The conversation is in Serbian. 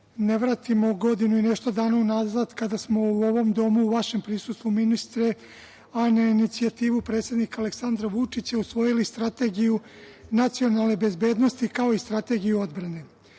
ne vratimo godinu i nešto dana u nazad kada smo u ovom domu u vašem prisustvu, ministre, a na inicijativu predsednika Aleksandra Vučića, usvojili Strategiju nacionalne bezbednosti, kao i Strategiju odbrane. Svi